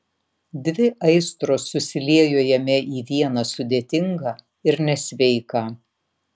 dvi aistros susiliejo jame į vieną sudėtingą ir nesveiką